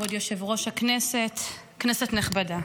כבוד יושב-ראש הכנסת, כנסת נכבדה,